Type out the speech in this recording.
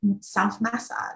self-massage